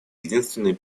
единственный